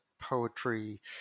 poetry